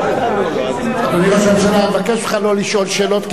אני מבקש ממך לא לשאול שאלות,